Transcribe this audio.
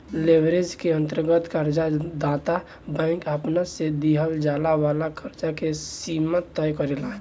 leverage के अंतर्गत कर्ज दाता बैंक आपना से दीहल जाए वाला कर्ज के सीमा तय करेला